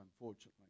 unfortunately